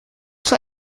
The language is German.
zur